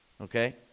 Okay